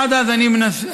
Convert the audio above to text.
עד אז אני מציע